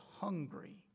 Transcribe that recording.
hungry